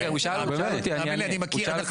תאמין לי אני מכיר.